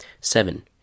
Seven